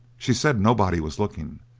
she said nobody was looking.